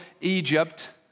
Egypt